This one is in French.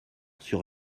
sur